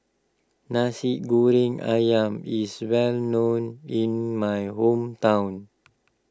Nasi Goreng Ayam is well known in my hometown